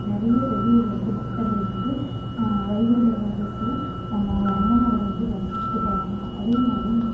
நிறைய வெளியூர்ல இருந்து பக்தர்கள் வந்து வைகுண்ட ஏகாதசியை ரங்கநாதரை வந்து தரிசிச்சிட்டு போவாங்க அதேமாதிரி